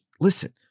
listen